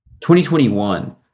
2021